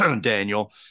Daniel